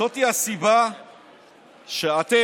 זאת הסיבה שאתם